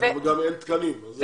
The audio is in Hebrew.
גם אין תקנים.